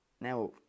now